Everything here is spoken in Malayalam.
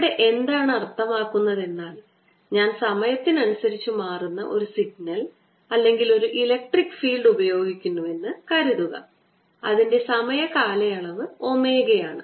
ഇവിടെ എന്താണ് അർഥമാക്കുന്നത് എന്നാൽ ഞാൻ സമയത്തിനനുസരിച്ച് മാറുന്ന ഒരു സിഗ്നൽ അല്ലെങ്കിൽ ഒരു ഇലക്ട്രിക് ഫീൽഡ് പ്രയോഗിക്കുന്നുവെന്ന് കരുതുക അതിൻറെ സമയ കാലയളവ് ഒമേഗയാണ്